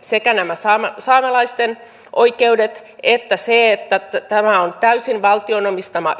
sekä nämä saamelaisten oikeudet että se että tämä on täysin valtion omistama